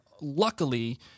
luckily